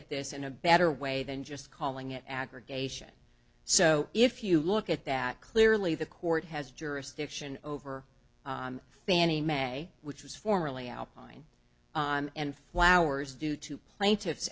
at this in a better way than just calling it aggregation so if you look at that clearly the court has jurisdiction over fannie mae which was formerly outline and flowers due to plaintiff